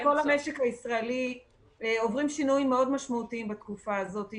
כל המשק הישראלי עובר שינויים מאוד משמעותיים בתקופה הזאת,